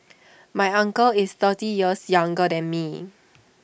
my uncle is thirty years younger than me